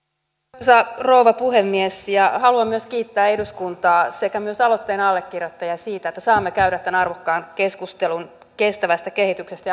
arvoisa rouva puhemies haluan myös kiittää eduskuntaa sekä myös aloitteen allekirjoittajia siitä että saamme käydä tämän arvokkaan keskustelun kestävästä kehityksestä